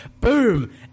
boom